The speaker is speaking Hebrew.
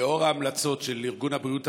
לאור ההמלצות של ארגון הבריאות